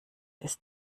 ist